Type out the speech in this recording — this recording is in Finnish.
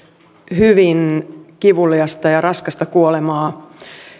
hyvin kivuliasta ja raskasta kuolemaa